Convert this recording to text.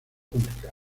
públicas